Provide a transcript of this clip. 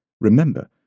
remember